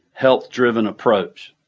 health driven approach.